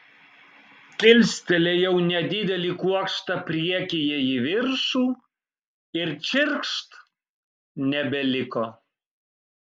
kilstelėjau nedidelį kuokštą priekyje į viršų ir čirkšt nebeliko